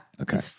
Okay